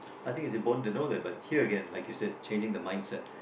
I think it's important to know that but hear again like you said changing the mindset